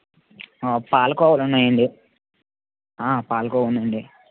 పాలకోవాలు ఉన్నాయండి పాలకోవా ఉందండి